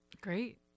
Great